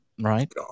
right